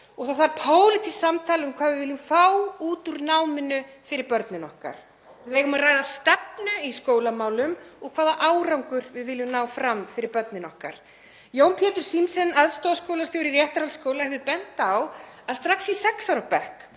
og það þarf pólitískt samtal um hvað við viljum fá út úr náminu fyrir börnin okkar. Við eigum að ræða stefnu í skólamálum og hvaða árangur við viljum ná fram fyrir börnin okkar. Jón Pétur Zimsen, aðstoðarskólastjóri Réttarholtsskóla, vill benda á að strax í sex ára bekk